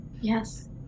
yes